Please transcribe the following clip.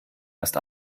erst